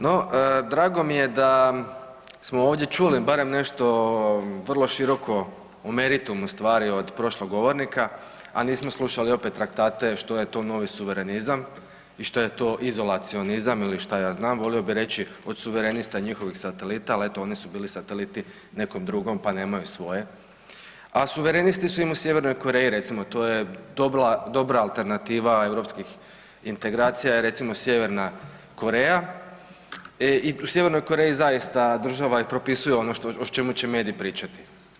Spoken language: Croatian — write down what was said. No drago mi je da smo ovdje čuli barem nešto vrlo široko o meritumu stvari od prošlog govornika, a nismo slušali opet traktate što je to novi suverenizam i što je to izolacionizam ili šta ja znam, volio bi reći od suverenista i njihovih satelita, al eto oni su bili sateliti nekom drugom, pa nemaju svoje, a suverenisti su im u Sjevernoj Koreji, recimo to je dobra alternativa europskih integracija je recimo Sjeverna Koreja i u Sjevernoj Koreji zaista država i propisuje ono o čemu će mediji pričati.